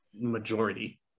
majority